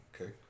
okay